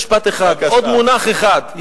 רק משפט אחד, עוד מונח אחד.